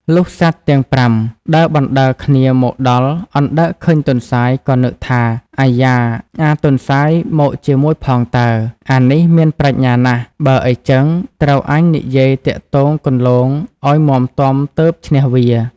លុះសត្វទាំង៥ ដើរបណ្ដើរគ្នាមកដល់ អណ្ដើកឃើញទន្សាយ ក៏នឹកថា "អៃយ៉ា! អាទន្សាយមកជាមួយផងតើ អានេះមានប្រាជ្ញាណាស់ បើអីចឹងត្រូវអញនិយាយទាក់ទងគន្លងឲ្យមាំទាំទើបឈ្នះវា"។